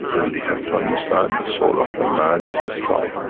and we have to understand, the soul of the man is a star